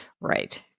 Right